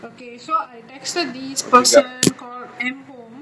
okay so I texted this person called M home